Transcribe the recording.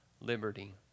liberty